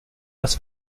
was